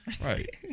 Right